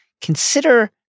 Consider